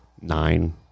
nine